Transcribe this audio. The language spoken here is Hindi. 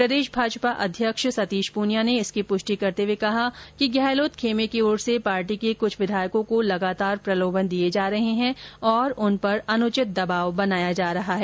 प्रदेश भाजपा अध्यक्ष सतीश पूनिया ने इसकी पुष्टि करते हुए कहा कि गहलोत खेमे की ओर से पार्टी के कुछ विधायकों को लगातार प्रलोभन दिए जा रहे हैं और उन पर अनुचित दवाब बनाया जा रहा है